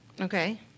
Okay